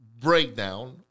breakdown